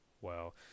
Wow